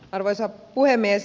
arvoisa puhemies